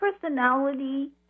personality